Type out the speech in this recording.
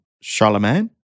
Charlemagne